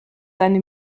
seine